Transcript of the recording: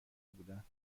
بودند